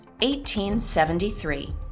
1873